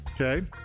Okay